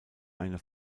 eine